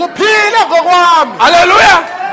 hallelujah